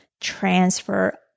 transfer